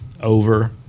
over